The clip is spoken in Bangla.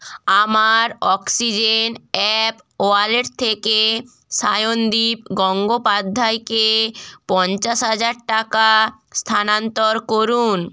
আমার অক্সিজেন অ্যাপ ওয়ালেট থেকে সায়নদীপ গঙ্গোপাধ্যায়কে পঞ্চাশ হাজার টাকা স্থানান্তর করুন